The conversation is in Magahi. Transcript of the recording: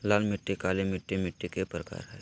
लाल मिट्टी, काली मिट्टी मिट्टी के प्रकार हय